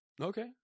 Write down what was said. Okay